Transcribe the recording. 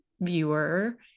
viewer